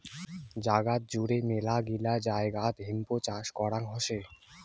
জাগাত জুড়ে মেলাগিলা জায়গাত হেম্প চাষ করং হসে